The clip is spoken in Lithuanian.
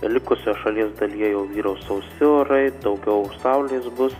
likusios šalies dalyje jau vyraus sausi orai daugiau saulės bus